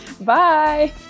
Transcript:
bye